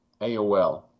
AOL